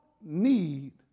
need